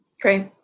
Great